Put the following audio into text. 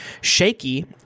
shaky